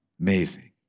Amazing